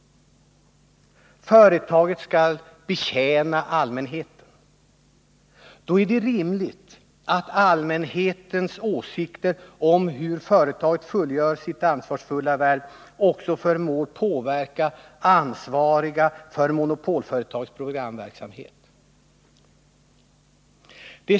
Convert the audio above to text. Företaget skall tjäna allmänheten. Då är det rimligt att allmänhetens åsikter om hur företaget fullgör sitt ansvarsfulla värv också förmår påverka dem som är ansvariga för monopolföretagets verksamhet.